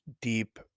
deep